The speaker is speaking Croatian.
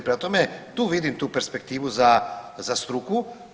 Prema tome, tu vidim tu perspektivu za, za struku.